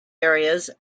areas